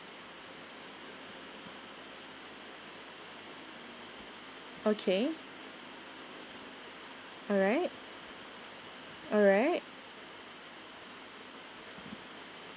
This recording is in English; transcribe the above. okay alright alright